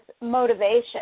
motivation